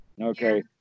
Okay